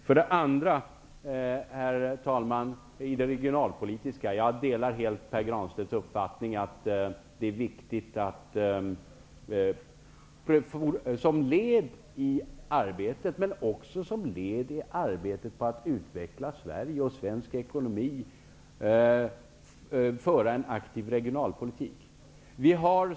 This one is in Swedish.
För det andra delar jag när det gäller regionalpolitik helt Pär Granstedts uppfattning, att det som ett led i arbetet på att utveckla Sverige och svensk ekonomi är viktigt att föra en aktiv regionalpolitik.